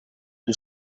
più